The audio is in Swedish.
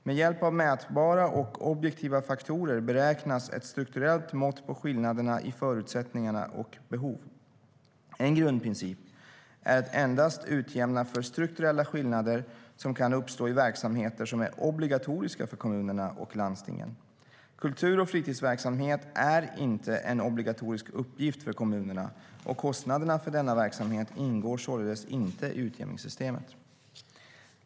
Med hjälp av mätbara och objektiva faktorer beräknas ett strukturellt mått på skillnaderna i förutsättningar och behov. En grundprincip är att endast utjämna för strukturella skillnader som kan uppstå i verksamheter som är obligatoriska för kommunerna och landstingen. Kultur och fritidsverksamhet är inte en obligatorisk uppgift för kommunerna, och kostnaderna för denna verksamhet ingår således inte i utjämningssystemet.